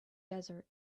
desert